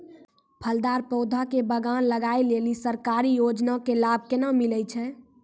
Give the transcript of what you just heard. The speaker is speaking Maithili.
फलदार पौधा के बगान लगाय लेली सरकारी योजना के लाभ केना मिलै छै?